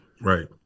Right